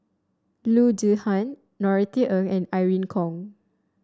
Loo Zihan Norothy Ng and Irene Khong